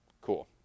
Cool